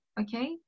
okay